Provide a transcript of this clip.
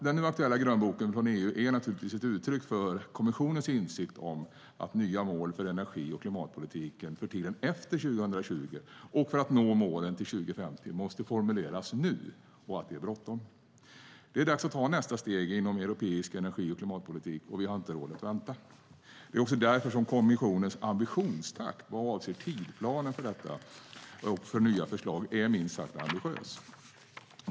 Den nu aktuella grönboken från EU är naturligtvis ett uttryck för kommissionens insikt om att nya mål för energi och klimatpolitiken för tiden efter 2020 och för att nå målen till 2050 måste formuleras nu och att det är bråttom. Det är dags att ta nästa steg inom europeisk energi och klimatpolitik. Vi har inte råd att vänta. Därför är kommissionens ambitionstakt vad avser tidplanen för nya förslag minst sagt ambitiös.